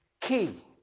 Key